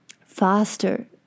faster